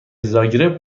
زاگرب